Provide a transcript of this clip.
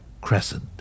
Crescent